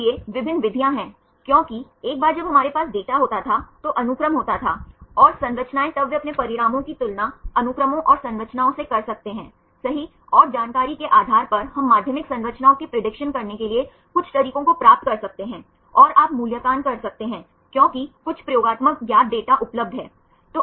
इसलिए विभिन्न विधियां हैं क्योंकि एक बार जब हमारे पास डेटा होता था तो अनुक्रम होता था और संरचनाएं तब वे अपने परिणामों की तुलना अनुक्रमों और संरचनाओं से कर सकते हैं सही और जानकारी के आधार पर हम माध्यमिक संरचनाओं की प्रेडिक्शन करने के लिए कुछ तरीकों को प्राप्त कर सकते हैं और आप मूल्यांकन कर सकते हैं क्योंकि कुछ प्रयोगात्मक ज्ञात डेटा उपलब्ध हैं